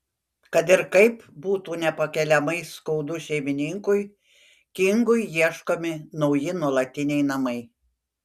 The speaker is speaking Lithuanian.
kad ir kaip tai būtų nepakeliamai skaudu šeimininkui kingui ieškomi nauji nuolatiniai namai